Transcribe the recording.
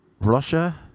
Russia